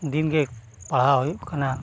ᱫᱤᱱᱜᱮ ᱯᱟᱲᱦᱟᱣ ᱦᱩᱭᱩᱜ ᱠᱟᱱᱟ